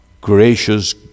gracious